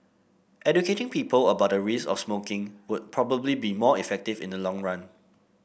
educating people about the risk of smoking would probably be more effective in the long run